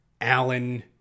Alan